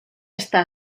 està